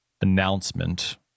announcement